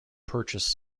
purchased